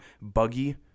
buggy